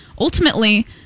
ultimately